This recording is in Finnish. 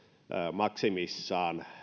maksimissaan